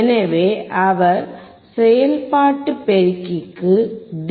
எனவே அவர் செயல்பாட்டு பெருக்கிக்கு டி